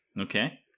Okay